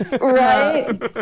Right